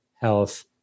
health